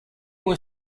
were